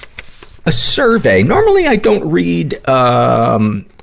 a survey. normally, i don't read, ah, um